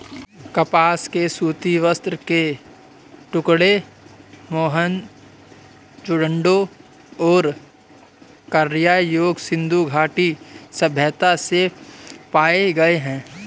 कपास के सूती वस्त्र के टुकड़े मोहनजोदड़ो और कांस्य युग सिंधु घाटी सभ्यता से पाए गए है